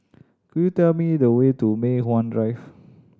could you tell me the way to Mei Hwan Drive